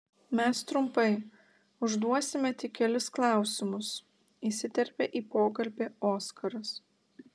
mes trumpai užduosime tik kelis klausimus įsiterpė į pokalbį oskaras